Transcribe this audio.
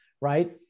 right